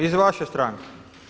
Iz vaše stranke.